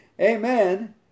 Amen